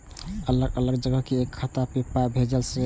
अलग अलग जगह से एक खाता मे पाय भैजल जेततै?